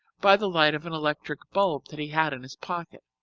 by the light of an electric bulb that he had in his pocket.